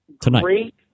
Tonight